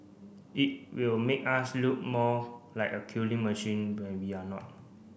it will make us look more like a killing machine when we're not